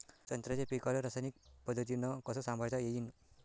संत्र्याच्या पीकाले रासायनिक पद्धतीनं कस संभाळता येईन?